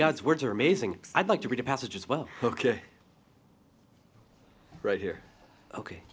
god's words are amazing i'd like to read a passage as well ok right here ok